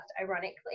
ironically